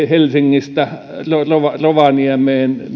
helsingistä rovaniemelle